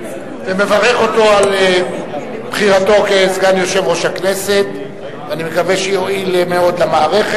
כנראה יש שם איזו תוספת בנייה שלא אושרה מעולם,